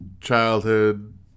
childhood